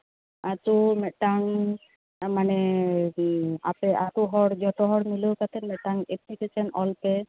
ᱟᱫᱚ ᱢᱤᱫᱴᱟᱝ ᱢᱟᱱᱮ ᱟᱯᱮ ᱟᱛᱳ ᱦᱚᱲ ᱡᱚᱛᱚ ᱦᱚᱲ ᱢᱤᱞᱟᱹᱣ ᱠᱟᱛᱮ ᱢᱤᱫᱴᱟᱝ ᱮᱯᱞᱤᱠᱮᱥᱱ ᱮᱞᱯᱮ